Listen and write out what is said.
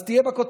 אז תהיה בכותרת.